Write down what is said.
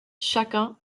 chacun